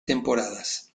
temporadas